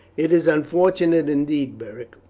it is unfortunate indeed, beric,